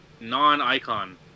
non-icon